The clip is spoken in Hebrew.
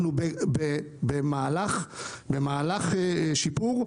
אנחנו במהלך שיפור.